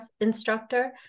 instructor